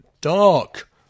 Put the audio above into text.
dark